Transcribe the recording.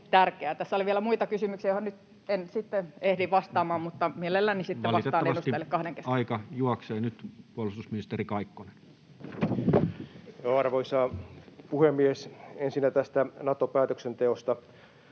Tässä oli vielä muita kysymyksiä, joihin nyt en sitten ehdi vastaamaan, mutta mielelläni sitten vastaan kahden kesken. Valitettavasti aika juoksee. — Nyt puolustusministeri Kaikkonen. Arvoisa puhemies! Ensinnä tästä Nato-päätöksenteosta.